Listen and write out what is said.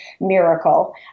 miracle